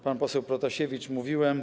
Pan poseł Protasiewicz - mówiłem.